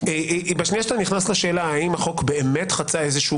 -- בשנייה שאתה נכנס לשאלה האם החוק באמת חצה איזשהו